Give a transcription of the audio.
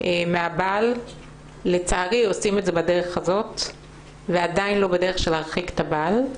מהבעל ולצערי עושים זאת בדרך הזאת ועדיין לא בדרך של להרחיק את הבעל.